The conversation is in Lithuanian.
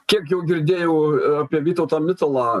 kiek jau girdėjau apie vytautą mitalą